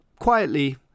Quietly